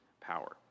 power